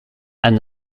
and